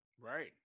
right